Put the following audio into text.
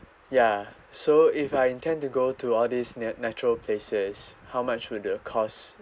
ya so if I intend to go to all these ne~ natural places how much would the costs